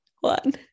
one